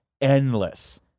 endless